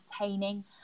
entertaining